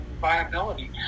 viability